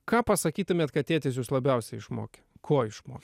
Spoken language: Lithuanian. ką pasakytumėt kad tėtis jus labiausiai išmokė ko išmokė